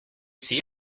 see